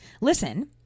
Listen